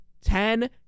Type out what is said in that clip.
Ten